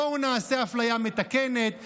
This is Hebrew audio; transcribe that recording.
בואו נעשה אפליה מתקנת,